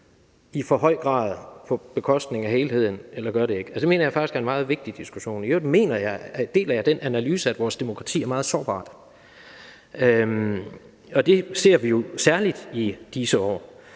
på bekostning af helheden, eller det ikke gør. Det mener jeg faktisk er en meget vigtig diskussion. I øvrigt deler jeg den analyse, at vores demokrati er meget sårbart, og det ser vi jo særlig i disse år.